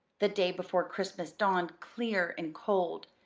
the day before christmas dawned clear and cold.